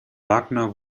wagner